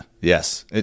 Yes